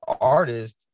artist